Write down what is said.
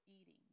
eating